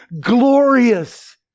Glorious